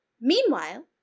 Meanwhile